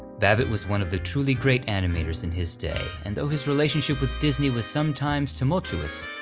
babbitt was one of the truly great animators in his day, and though his relationship with disney was sometimes tumultuous,